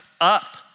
up